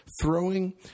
throwing